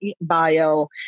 bio